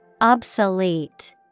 Obsolete